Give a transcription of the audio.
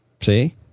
See